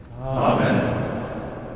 Amen